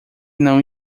não